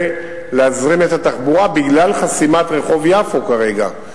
להזרים את התחבורה בגלל חסימת רחוב יפו כרגע.